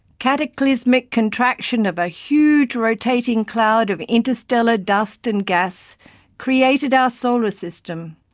cataclysmic contraction of a huge rotating cloud of interstellar dust and gas created our solar system,